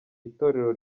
itorero